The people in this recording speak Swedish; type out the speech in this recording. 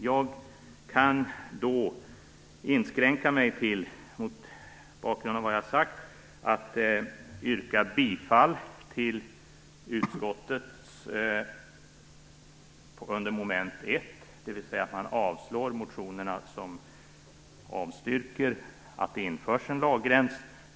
Mot bakgrund av vad jag har sagt kan jag inskränka mig till att yrka bifall till utskottets hemställan under mom. 1, dvs. att man avslår de motioner i vilka man går emot ett införande av en åldersgräns.